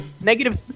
negative